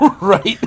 Right